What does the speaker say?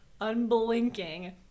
unblinking